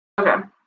Okay